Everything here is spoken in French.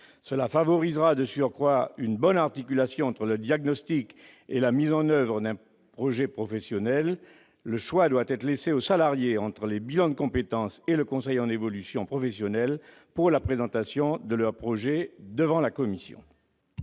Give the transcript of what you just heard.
Cela favorisera de surcroît une bonne articulation entre le diagnostic et la mise en oeuvre d'un projet professionnel. On doit laisser aux salariés la liberté de choisir entre bilan de compétences et conseil en évolution professionnelle pour la présentation de leur projet de transition.